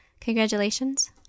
Congratulations